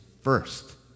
first